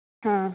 आम्